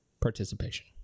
participation